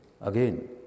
again